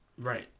Right